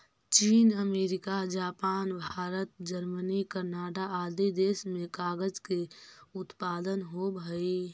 चीन, America, Japan, Bharat, Germany, Canada आदि देश में कागज के उत्पादन होवऽ हई